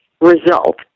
result